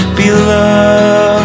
beloved